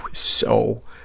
so,